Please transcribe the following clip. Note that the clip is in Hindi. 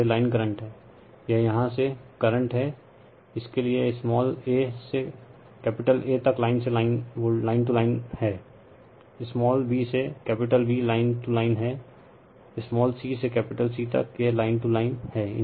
और यह लाइन करंट है यह यहाँ से करंट हैं इसके लिए यह स्माल a से कैपिटल A तक लाइन टू लाइन है स्माल b से capital B line to line हैं है स्माल c से कैपिटल C तक यह लाइन टूलाइन हैं